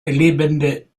lebende